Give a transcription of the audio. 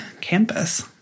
campus